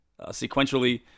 sequentially